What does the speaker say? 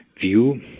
view